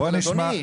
אדוני.